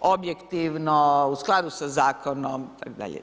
objektivno, u skladu sa zakonom itd.